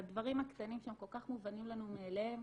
לדברים הקטנים שהם כל כך מובנים לנו מאליהם